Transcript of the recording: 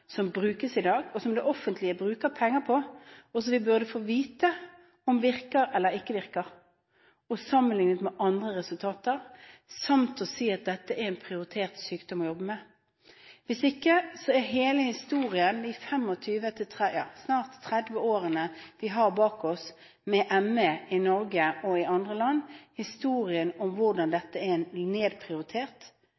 som finnes i dag, som det offentlige bruker penger på, og som vi burde få vite om virker eller ikke virker, og sammenligne det med andre resultater, samt å si at dette er en prioritert sykdom å jobbe med. Hvis ikke er hele historien i de snart 30 årene vi har bak oss med ME i Norge og i andre land, historien om